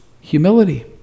humility